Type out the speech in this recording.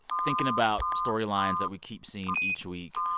thinking about storylines that we keep seeing each week,